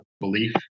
belief